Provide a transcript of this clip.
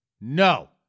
No